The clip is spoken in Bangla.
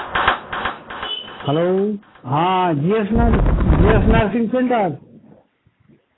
হ্যালো হ্যাঁ জি এস নার জি এস নার্সিং সেন্টার